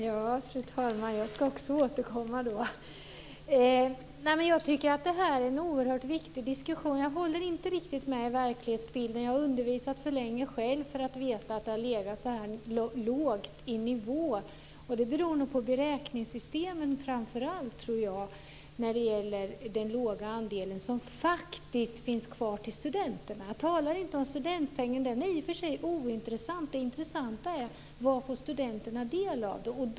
Fru talman! Jag ska också återkomma. Jag tycker att detta är en oerhört viktig diskussion. Jag håller inte riktigt med om Thomas Östros verklighetsbild. Jag har undervisat för länge själv för att veta att nivån har varit så här låg, och det beror nog framför allt på beräkningssystemen när det gäller den lilla andelen som faktiskt finns kvar till studenterna. Jag talar inte om studentpengen. Den är i och för sig ointressant. Det intressanta är vad studenterna får del av.